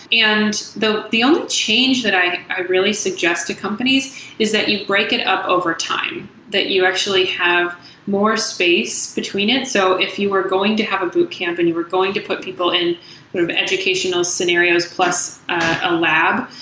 and though the only change that i i really suggest to companies is that you break it up over time, that you actually have more space between it. so if you were going to have a boot camp and you were going to put people in sort of educational scenarios, plus a lab.